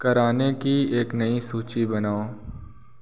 किराने की एक नई सूची बनाओ